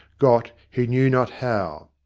got he knew not how.